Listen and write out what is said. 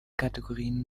kategorien